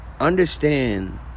Understand